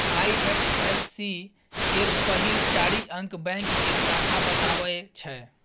IFSC केर पहिल चारि अंक बैंक के शाखा बताबै छै